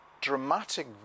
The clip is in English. dramatic